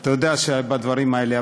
אתה יודע, בדברים האלה.